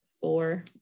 four